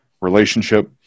relationship